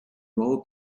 nuovo